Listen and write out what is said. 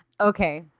Okay